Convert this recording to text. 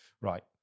Right